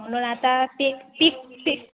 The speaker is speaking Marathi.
म्हणून आता ते पीक पीक